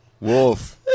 wolf